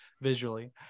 visually